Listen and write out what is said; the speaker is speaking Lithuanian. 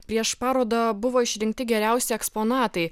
prieš parodą buvo išrinkti geriausi eksponatai